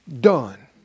done